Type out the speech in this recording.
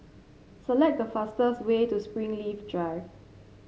select the fastest way to Springleaf Drive